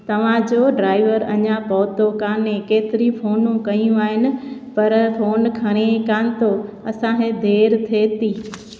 तव्हांजो ड्राइवर अञां पहुतो काने केतिरी फोनूं कयूं आहिनि पर फोन खणेई कान थो असांखे देरि थिए थी